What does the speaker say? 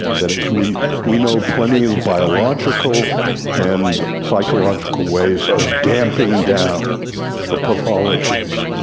that is, we we know plenty of biological and psychological ways of damping down the pathologies.